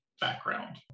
background